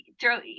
throw